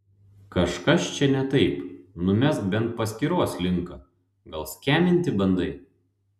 kažkas čia ne taip numesk bent paskyros linką gal skeminti bandai